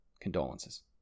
Condolences